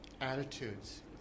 attitudes